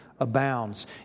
Abounds